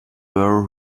were